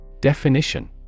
Definition